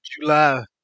July